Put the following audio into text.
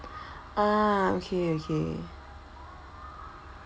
ah okay okay